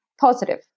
positive